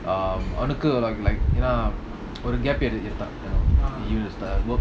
அடுத்து:aduthu